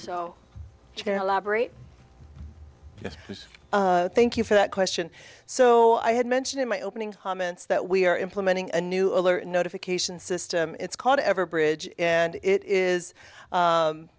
general operate thank you for that question so i had mentioned in my opening comments that we are implementing a new alert notification system it's called ever bridge and it is